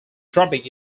dropping